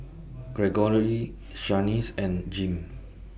Gregory Shaniece and Jim